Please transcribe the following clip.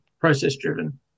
process-driven